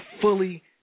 fully